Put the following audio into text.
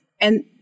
And-